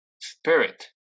spirit